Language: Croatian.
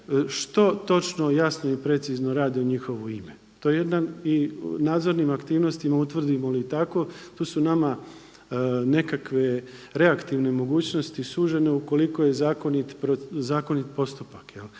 što točno jasno i precizno rade u njihovo ime. To je jedan i nadzornim aktivnostima utvrdimo li tako tu su nama nekakve reaktivne mogućnosti sužene ukoliko je zakonit postupak.